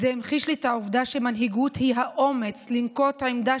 זה המחיש לי את העובדה שמנהיגות היא האומץ לנקוט עמדה